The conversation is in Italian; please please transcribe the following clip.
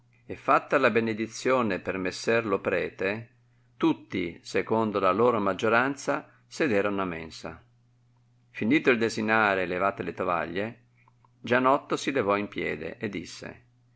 e fatta la benedizione per messer lo prete tutti secondo la loro maggioranza sederono a mensa finito il desinare e levate le tovaglie gianotto si levò in piede e disse